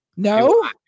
No